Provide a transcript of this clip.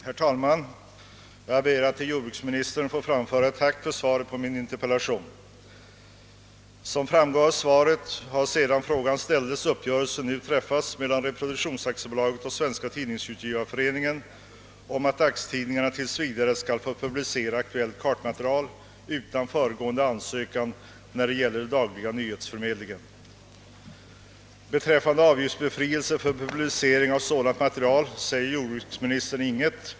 Herr talman! Jag ber att till jordbruksministern få framföra ett tack för svaret på min interpellation. Som framgår av svaret har sedan frågan ställdes uppgörelse träffats mellan reproduktionsaktiebolaget och Svenska tidningsutgivareföreningen om att dagstidningarna tills vidare skall få publicera aktuellt kartmaterial utan föregående ansökan när det gäller den dagliga nyhetsförmedlingen. Beträffande <avgiftsbefrielse för publicering av sådant material säger jordbruksministern ingenting.